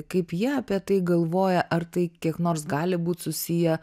kaip jie apie tai galvoja ar tai kiek nors gali būt susiję